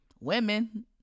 women